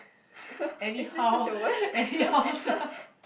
is there such a word